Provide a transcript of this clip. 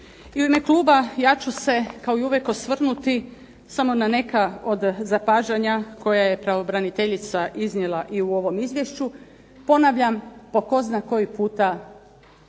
I u ime kluba ja ću se samo osvrnuti na neka od opažanja koja je pravobraniteljica iznijela u ovom izvješću. Ponavljam po tko zna koji puta